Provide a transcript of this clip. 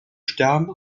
stern